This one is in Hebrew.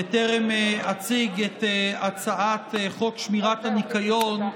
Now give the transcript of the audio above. בטרם אציג את הצעת חוק שמירת הניקיון,